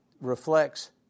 reflects